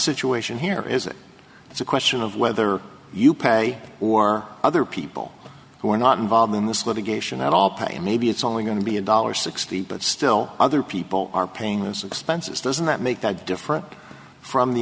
situation here is it it's a question of whether you pay or other people who are not involved in this litigation at all pay maybe it's only going to be a one dollar sixty cents but still other people are paying those expenses doesn't that make that different from the